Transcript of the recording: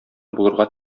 булырга